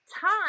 time